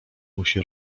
musi